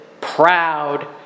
proud